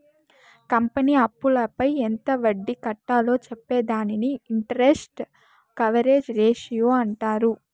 company అప్పులపై ఎంత వడ్డీ కట్టాలో చెప్పే దానిని ఇంటరెస్ట్ కవరేజ్ రేషియో అంటారు